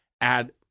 add